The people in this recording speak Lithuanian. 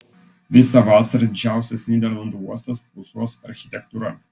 visą vasarą didžiausias nyderlandų uostas pulsuos architektūra